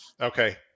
Okay